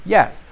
Yes